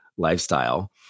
lifestyle